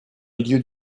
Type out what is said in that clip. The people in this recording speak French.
milieu